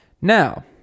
Now